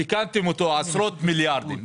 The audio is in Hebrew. תקנתם אותו עשרות מיליארדים.